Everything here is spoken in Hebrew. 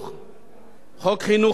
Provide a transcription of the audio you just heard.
חוק חינוך חינם מגיל שלוש.